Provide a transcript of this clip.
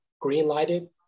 green-lighted